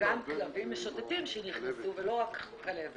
גם כלבים משוטטים שנכנסו ולא רק כלבת.